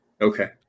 Okay